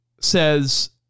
says